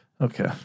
Okay